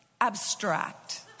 abstract